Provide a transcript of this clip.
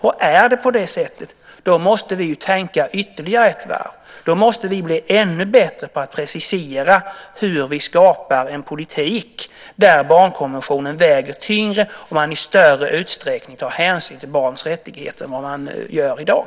Om det är så måste vi tänka ytterligare ett varv. Då måste vi bli ännu bättre på att precisera hur vi skapar en politik där barnkonventionen väger tyngre och vi i större utsträckning tar hänsyn till barns rättigheter än vad som görs i dag.